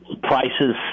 prices